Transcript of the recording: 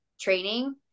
training